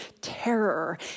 terror